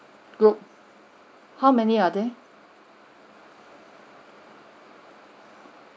group how many are there